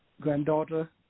granddaughter